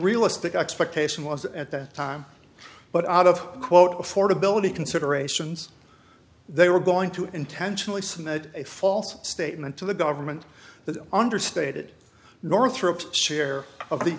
realistic expectation was at that time but out of quote affordability considerations they were going to intentionally submit a false statement to the government understated northrop share of the